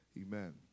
Amen